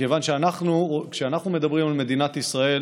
מכיוון שכשאנחנו מדברים על מדינת ישראל